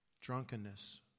drunkenness